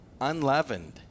unleavened